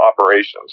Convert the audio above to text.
operations